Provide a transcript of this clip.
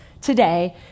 today